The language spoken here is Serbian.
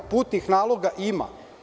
Putnih naloga ima.